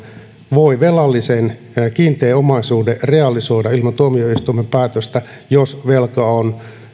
voi velallisen kiinteän omaisuuden realisoida ilman tuomioistuimen päätöstä jos velka on